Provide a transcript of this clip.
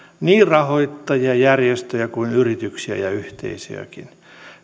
niin rahoittajia järjestöjä kuin yrityksiä ja yhteisöjäkin